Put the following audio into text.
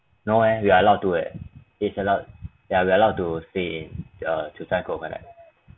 no eh we are allowed to leh it it's allowed yeah we're allowed to stay in uh jiu zhai gou overnight